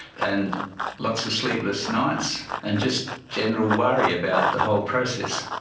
and lots of sleepless nights and just general worry about the whole process.